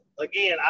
again